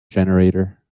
generator